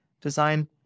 design